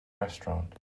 restaurant